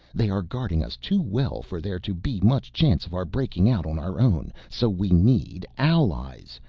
they are guarding us too well for there to be much chance of our breaking out on our own, so we need allies.